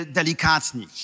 delikatni